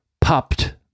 popped